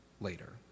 later